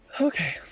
Okay